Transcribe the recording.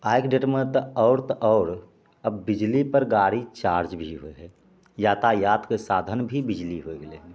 आइके डेटमे आओर तऽ आओर अब बिजलीपर गाड़ी चार्जभी होइ हइ यातायातके साधनभी बिजली होइ गेलै हन